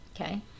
Okay